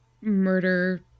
murder